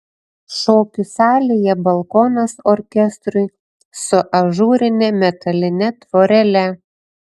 šokių salėje balkonas orkestrui su ažūrine metaline tvorele